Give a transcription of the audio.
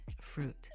fruit